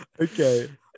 Okay